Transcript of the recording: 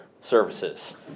services